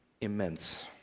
immense